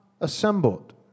assembled